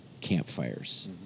campfires